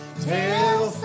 tell